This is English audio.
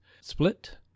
Split